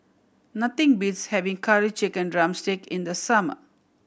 nothing beats having Curry Chicken drumstick in the summer